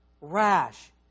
rash